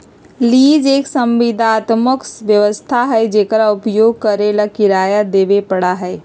lease एक संविदात्मक व्यवस्था हई जेकरा उपयोग करे ला किराया देवे पड़ा हई